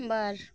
ᱵᱟᱨ